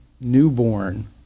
newborn